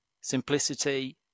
simplicity